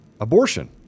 abortion